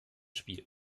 spiel